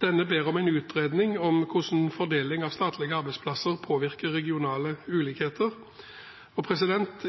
ber om en utredning av hvordan fordelingen av statlige arbeidsplasser påvirker regionale ulikheter.